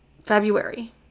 February